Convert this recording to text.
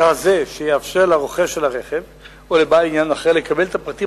כזה שיאפשר לרוכש הרכב או לבעל עניין אחר לקבל את הפרטים